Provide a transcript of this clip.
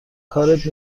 کارت